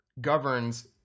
governs